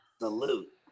Salute